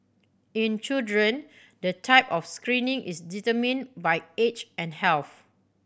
in children the type of screening is determined by age and health